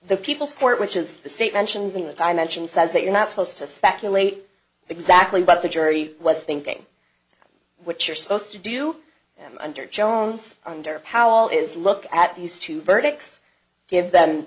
the people's court which is the state mentions in the time mention says that you're not supposed to speculate exactly but the jury was thinking what you're supposed to do under jones under powell is look at these two burdick's give them